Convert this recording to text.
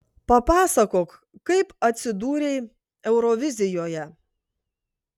papasakok kaip atsidūrei eurovizijoje